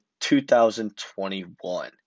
2021